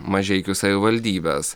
mažeikių savivaldybės